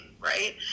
right